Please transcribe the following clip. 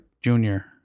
junior